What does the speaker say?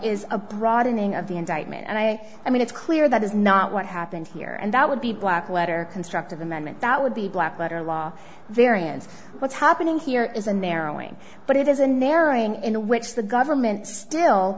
is a broadening of the indictment and i i mean it's clear that is not what happened here and that would be black letter constructive amendment that would be black letter law variance what's happening here is a narrowing but it is a narrowing in which the government still